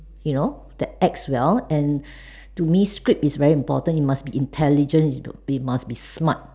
you know that acts well and to me script is very important you must be intelligent you must be smart